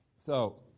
so